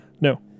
No